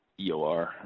EOR